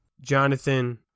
Jonathan